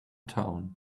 town